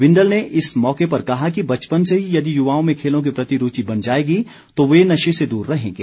बिंदल ने इस मौके पर कहा कि बचपन से ही यदि युवाओं में खेलों के प्रति रूचि बन जाएगी तो वे नशे से दूर रहेंगे